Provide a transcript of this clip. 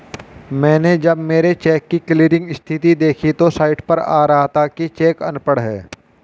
मैनें जब मेरे चेक की क्लियरिंग स्थिति देखी तो साइट पर आ रहा था कि चेक अनपढ़ है